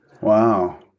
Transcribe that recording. Wow